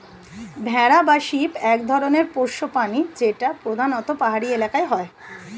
ভেড়া বা শিপ এক ধরনের পোষ্য প্রাণী যেটা প্রধানত পাহাড়ি এলাকায় হয়